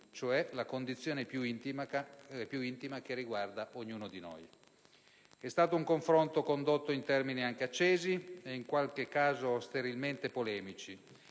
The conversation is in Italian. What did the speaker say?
cioè la condizione più intima che riguarda ognuno di noi. E' stato un confronto condotto in termini anche accesi ed in qualche caso sterilmente polemici,